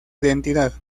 identidad